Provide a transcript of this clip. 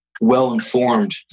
well-informed